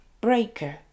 Breaker